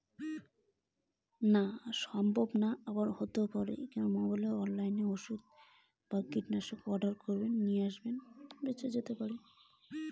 মোবাইলের মইধ্যে দিয়া কি ফসল অনলাইনে বেঁচে দেওয়া সম্ভব?